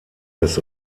des